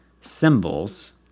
symbols